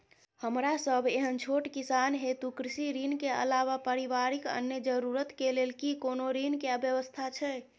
हमरा सब एहन छोट किसान हेतु कृषि ऋण के अलावा पारिवारिक अन्य जरूरत के लेल की कोनो ऋण के व्यवस्था छै?